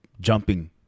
jumping